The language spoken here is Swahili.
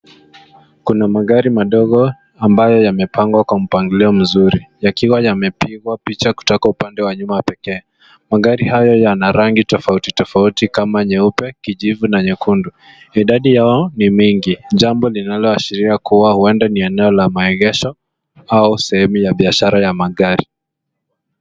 Kuna magari madogo ambayo yamepangwa kwa mpangilio mzuri, yakiwa yamepigwa picha kutoka upande wa nyuma pekee. Magari hayo yana rangi tofauti tofauti kama nyeupe, kijivu na nyekundu. Idadi yao ni nyingi, jambo linaloashiria kuwa huenda ni eneo la maegesho au sehemu ya biashara ya magari.